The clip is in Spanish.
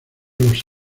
los